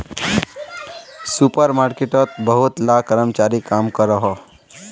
super मार्केटोत बहुत ला कर्मचारी काम करोहो